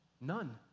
none